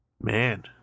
man